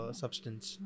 substance